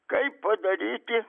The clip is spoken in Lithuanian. kaip padaryti